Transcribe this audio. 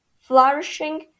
flourishing